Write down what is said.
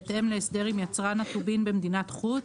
בהתאם להסדר עם יצרן הטובין במדינת חוץ,